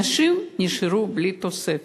אנשים נשארו בלי תוספת.